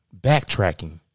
backtracking